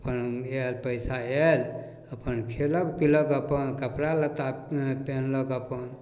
अपन आएल पइसा आएल अपन खेलक पिलक अपन कपड़ा लत्ता पहिनलक अपन